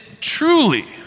truly